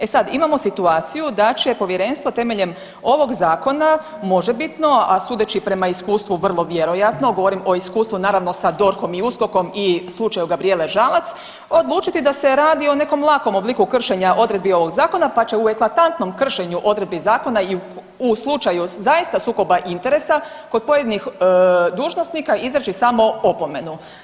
E sad imamo situaciju da će Povjerenstvo temeljem ovog Zakona možebitno a sudeći prema iskustvu vrlo vjerojatno, govorim o iskustvu naravno sa DORH-om i USKOK-om i slučaju Gabrijele Žalac, odlučiti da se radi o nekom lakom obliku kršenja Odredbi ovog Zakona pa će u eklatantnom kršenju Odredbi Zakona i u slučaju zaista sukoba interesa kod pojedinih dužnosnika izreći samo opomenu.